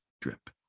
drip